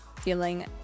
feeling